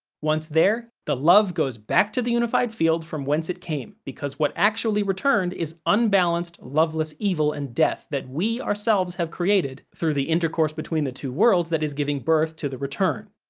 once there, the love goes back to the unified field from whence it came, because what actually returned is unbalanced, loveless evil and death that we, ourselves, have created through the intercourse between the two worlds that is giving birth to the return,